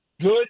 Good